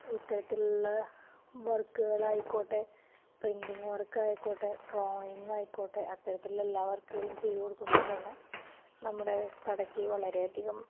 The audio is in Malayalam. ഇത്തരത്തിലുള്ള വർക്കുകളായിക്കോട്ടെ പ്രിൻറ്ററിങ് വർക്ക് ആയിക്കോട്ടെ ഡ്രോയിങ് ആയിക്കോട്ടെ അത്തരത്തിലുള്ള എല്ലാ വർക്കുകളും ചെയ്ത് കൊടുക്കുന്നത് കൊണ്ട് തന്നെ നമ്മുടെ കടയ്ക്ക് വളരെയധികം